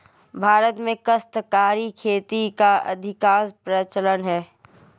भारत में काश्तकारी खेती का अधिकांशतः प्रचलन है